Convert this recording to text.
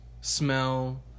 smell